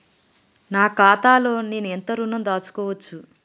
నా ఖాతాలో నేను ఎంత ఋణం దాచుకోవచ్చు?